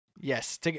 Yes